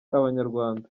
abanyarwanda